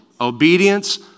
Obedience